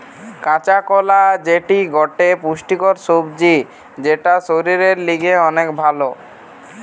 কাঁচা কোলা যেটি গটে পুষ্টিকর সবজি যেটা শরীরের লিগে অনেক ভাল